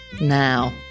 now